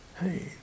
hey